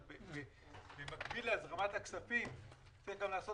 אבל במקביל להזרמת הכספים צריך גם לעשות